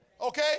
Okay